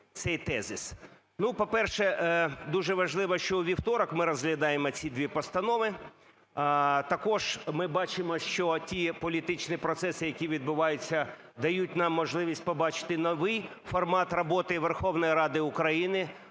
по-перше, дуже важливо, що у вівторок ми розглядаємо ці дві постанови. Також ми бачимо, що ті політичні процеси, які відбуваються, дають нам можливість побачити новий формат роботи Верховної Ради України,